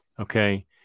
Okay